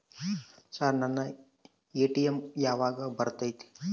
Sir ನನ್ನ ATM ಯಾವಾಗ ಬರತೈತಿ?